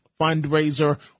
fundraiser